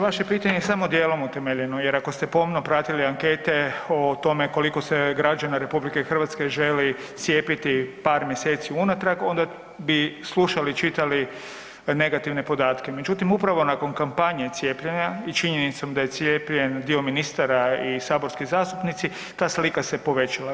Vaše pitanje je samo djelom utemeljeno jer ako ste pomno pratili ankete o tome koliko se građana RH želi cijepiti par mjeseci unatrag, onda bi slušali i čitali negativne podatke međutim upravo nakon kampanje cijepljenja i činjenice da je cijepljen dio ministara i saborski zastupnici, ta slika se povećala.